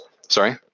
Sorry